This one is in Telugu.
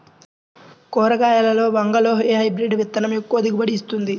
కూరగాయలలో వంగలో ఏ హైబ్రిడ్ విత్తనం ఎక్కువ దిగుబడిని ఇస్తుంది?